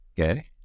Okay